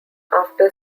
after